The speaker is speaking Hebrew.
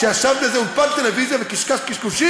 שישבת באיזה אולפן טלוויזיה וקשקשת